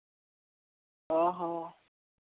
ᱚᱸᱻ ᱦᱚᱸ